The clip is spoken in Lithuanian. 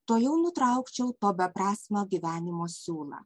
tuojau nutraukčiau to beprasmio gyvenimo siūlą